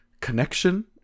connection